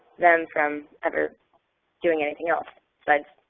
them from ever doing anything else besides